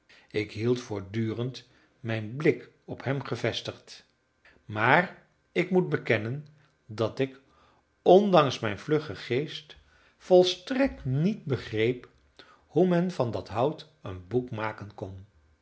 ik hield voortdurend mijn blik op hem gevestigd maar ik moet bekennen dat ik ondanks mijn vluggen geest volstrekt niet begreep hoe men van dat hout een boek maken kon